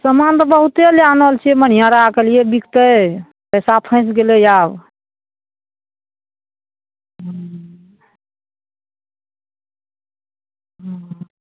समान तऽ बहुते लै आनल छिए मनिहाराके कहलिए बिकतै पइसा फँसि गेलै आब हुँ हुँ